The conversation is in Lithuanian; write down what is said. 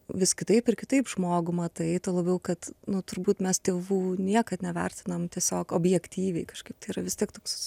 vis kitaip ir kitaip žmogų matai tuo labiau kad nu turbūt mes tėvų niekad nevertinam tiesiog objektyviai kažkaip tai yra vis tiek toks